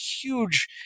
huge